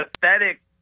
pathetic